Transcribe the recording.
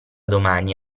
domani